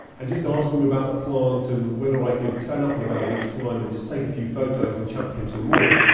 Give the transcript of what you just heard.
and just asked him about the plant and whether i could turn up in about a week's time and just take a few photos and chat to him some more.